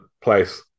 place